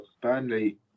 Burnley